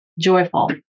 joyful